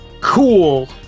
cool